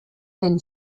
then